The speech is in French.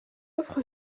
offre